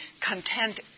content